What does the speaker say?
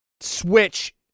Switch